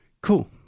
Cool